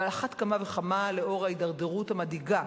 ועל אחת כמה וכמה לנוכח ההידרדרות המדאיגה